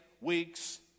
weeks